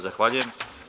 Zahvaljujem.